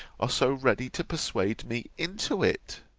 are so ready to persuade me into it.